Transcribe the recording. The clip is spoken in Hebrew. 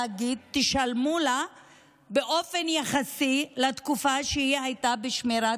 היציאה לשמירת ההיריון וגם סיום תקופת שמירת